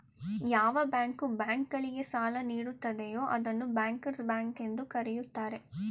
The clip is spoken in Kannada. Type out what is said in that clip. ಯಾವ ಬ್ಯಾಂಕು ಬ್ಯಾಂಕ್ ಗಳಿಗೆ ಸಾಲ ನೀಡುತ್ತದೆಯೂ ಅದನ್ನು ಬ್ಯಾಂಕರ್ಸ್ ಬ್ಯಾಂಕ್ ಎಂದು ಕರೆಯುತ್ತಾರೆ